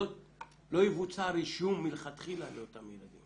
יבוצע רישום מלכתחילה לאותם ילדים,